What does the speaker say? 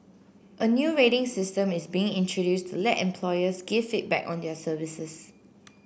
a new rating system is being introduced to let employers give feedback on their services